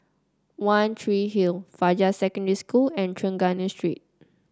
One Tree Hill Fajar Secondary School and Trengganu Street